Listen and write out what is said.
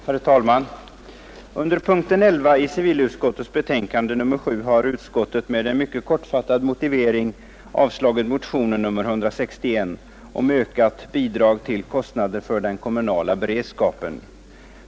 Herr talman! Under punkt 11 i civilutskottets betänkande nr 7 har utskottet med en mycket kort motivering avstyrkt motionen 161 om ökat bidrag till kostnader för den kommunala beredskapen.